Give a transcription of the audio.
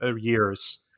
years